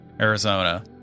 arizona